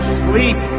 sleep